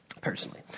personally